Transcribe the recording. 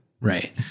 Right